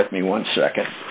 e with me one second